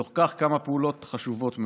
בתוך כך, כמה פעולות חשובות מאוד: